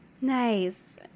nice